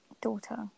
Daughter